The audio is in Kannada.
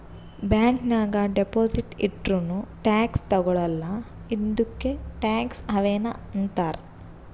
ಬ್ಯಾಂಕ್ ನಾಗ್ ಡೆಪೊಸಿಟ್ ಇಟ್ಟುರ್ನೂ ಟ್ಯಾಕ್ಸ್ ತಗೊಳಲ್ಲ ಇದ್ದುಕೆ ಟ್ಯಾಕ್ಸ್ ಹವೆನ್ ಅಂತಾರ್